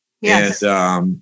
Yes